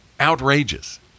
outrageous